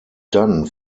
dann